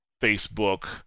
Facebook